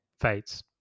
fates